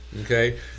okay